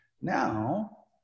now